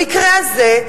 במקרה הזה,